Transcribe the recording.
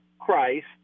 Christ